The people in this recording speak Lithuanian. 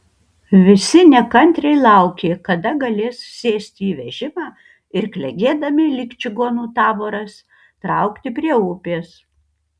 visi nekantriai laukė kada galės sėsti į vežimą ir klegėdami lyg čigonų taboras traukti prie upės